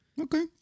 Okay